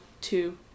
two